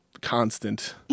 constant